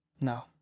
No